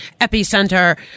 epicenter